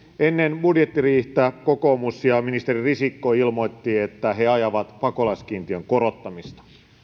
ennen budjettiriihtä kokoomus ja ministeri risikko ilmoittivat että he ajavat pakolaiskiintiön korottamista